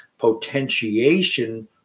potentiation